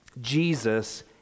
Jesus